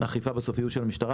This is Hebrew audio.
האכיפה יהיו בסוף של המשטרה.